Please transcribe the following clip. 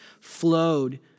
flowed